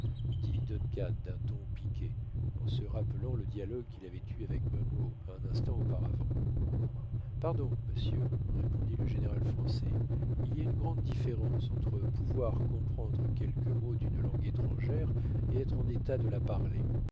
d'un ton piqué en se rappelant le dialogue qu'il avait eu avec munro un instant auparavant pardon monsieur répondit le général français il y a une grande différence entre pouvoir comprendre quelques mots d'une langue étrangère et être en état de la parler